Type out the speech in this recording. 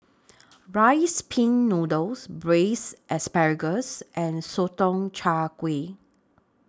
Rice Pin Noodles Braised Asparagus and Sotong Char Kway